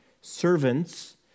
Servants